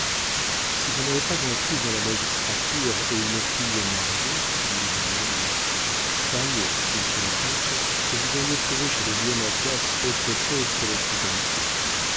si je n'avais pas un fils dans la magistrature et une fille mariée dit le bonhomme croyez monsieur le comte que vous auriez trouvé chez le vieux mathias autre chose que l'hospitalité